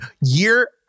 year